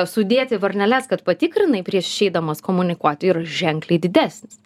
sudėti varneles kad patikrinai prieš išeidamas komunikuoti yra ženkliai didesnis